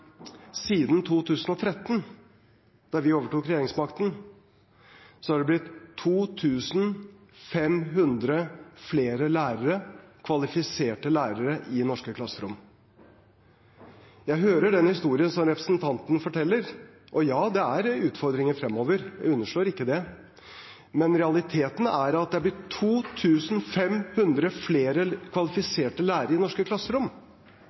siden 2013, da vi overtok regjeringsmakten, er det blitt 2 500 flere kvalifiserte lærere i norske klasserom. Jeg hører den historien som representanten forteller – og ja, det er utfordringer fremover, jeg underslår ikke det. Men realiteten er at det er blitt 2 500 flere kvalifiserte lærere i norske klasserom.